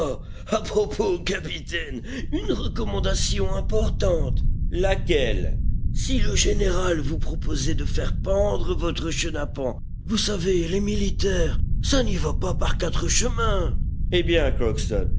propos capitaine une recommandation importante laquelle si le général vous proposait de faire pendre votre chenapan vous savez les militaires ça n'y va pas par quatre chemins eh bien